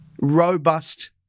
robust